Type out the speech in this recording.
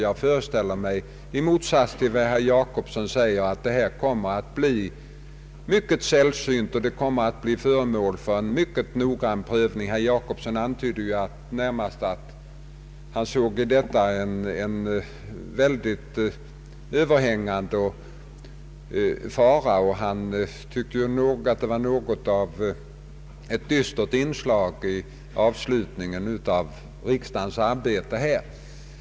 Jag föreställer mig — i motsats till vad herr Jacobsson säger — att fängelsestraff kommer att bli mycket sällsynt och kommer att bli föremål för en mycket noggrann prövning. Herr Jacobsson antydde ju närmast att han i det framlagda förslaget såg en mycket överhängande fara, och han tyckte att det var något av ett dystert inslag i avslutningen av riksdagens arbete.